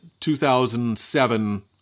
2007